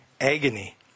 agony